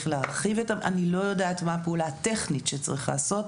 אני לא יודעת מה הפעולה הטכנית שצריכה להיעשות.